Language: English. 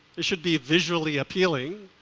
it should be visually appealing,